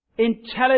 intelligent